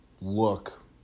look